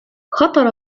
خطر